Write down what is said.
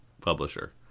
publisher